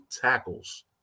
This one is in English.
tackles